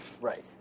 Right